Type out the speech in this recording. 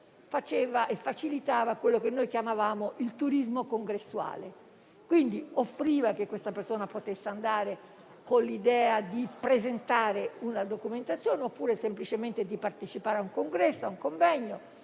faceva e facilitava quello che noi chiamavamo il turismo congressuale: offriva a una persona di poter andare con l'idea di presentare una documentazione oppure semplicemente di partecipare a un congresso a un convegno.